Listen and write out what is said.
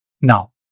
Now